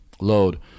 load